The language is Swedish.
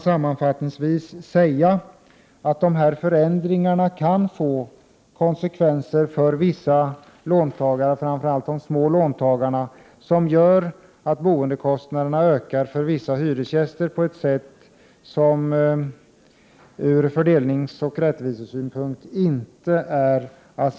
Låt mig säga att de förändringar som föreslås kan få konsekvenser för vissa låntagare, framför allt de med mindre lån. Boendekostnaderna ökar för vissa hyresgäster på ett sätt som ur fördelningsoch rättvisesynpunkt inte är acceptabelt.